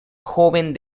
joven